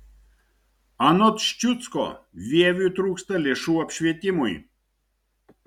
anot ščiucko vieviui trūksta lėšų apšvietimui